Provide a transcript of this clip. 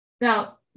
now